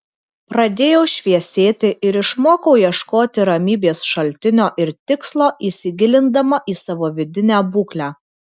pradėjau šviesėti ir išmokau ieškoti ramybės šaltinio ir tikslo įsigilindama į savo vidinę būklę